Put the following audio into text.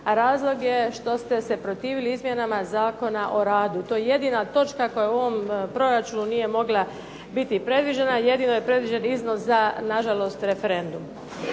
razlog je što ste se protivili izmjenama Zakona o radu. To je jedina točka koja u ovom proračunu nije mogla biti predviđena. Jedino je predviđen iznos za na žalost referendum.